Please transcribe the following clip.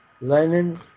Lenin